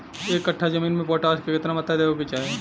एक कट्ठा जमीन में पोटास के केतना मात्रा देवे के चाही?